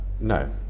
no